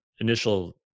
initial